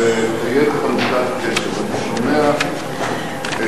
כשפונים אליך ופונים אליך פעם שנייה ושלישית,